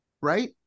right